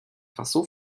einfach